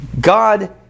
God